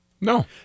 No